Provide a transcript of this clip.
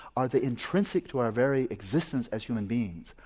are they intrinsic to our very existence as human beings,